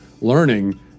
learning